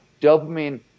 dopamine